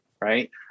right